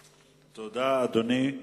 אדוני,